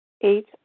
Eight